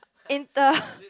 inter